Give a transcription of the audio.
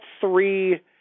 three